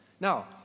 Now